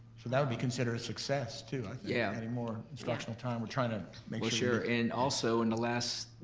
so that would be considered a success too, i think, yeah adding more instructional time. we're trying to make sure and also in the last,